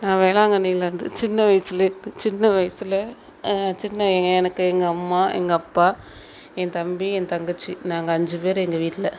நான் வேளாங்கண்ணிலேருந்து சின்ன வயசுலேருந்து சின்ன வயசில் சின்ன எனக்கு எங்கள் அம்மா எங்கள் அப்பா என் தம்பி என் தங்கச்சி நாங்கள் அஞ்சு பேர் எங்கள் வீட்டில்